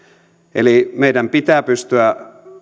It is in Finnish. eli meidän pitää pystyä